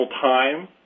time